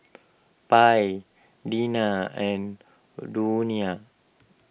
Pie Deena and Donia